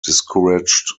discouraged